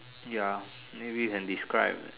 ya maybe can describe